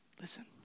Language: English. listen